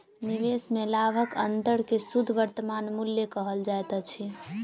निवेश में लाभक अंतर के शुद्ध वर्तमान मूल्य कहल जाइत अछि